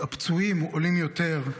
הפצועים עולים יותר.